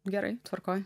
gerai tvarkoj